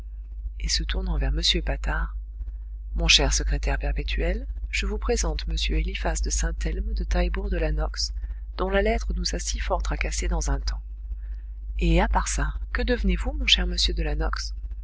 et se tournant vers m patard mon cher secrétaire perpétuel je vous présente m eliphas de saint-elme de taillebourg de la nox dont la lettre nous a si fort tracassés dans un temps et à part ça que devenez-vous mon cher monsieur